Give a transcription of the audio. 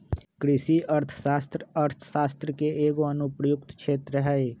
कृषि अर्थशास्त्र अर्थशास्त्र के एगो अनुप्रयुक्त क्षेत्र हइ